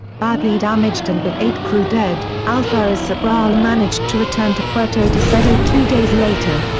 badly damaged and with eight crew dead, alferez sobral managed to return to puerto deseado two days later.